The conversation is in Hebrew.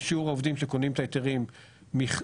בשיעור העובדים שקונים את ההיתרים מסך